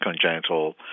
congenital